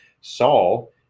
Saul